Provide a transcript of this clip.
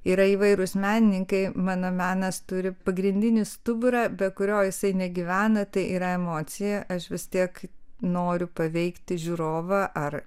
yra įvairūs menininkai mano menas turi pagrindinį stuburą be kurio jisai negyvena tai yra emocija aš vis tiek noriu paveikti žiūrovą ar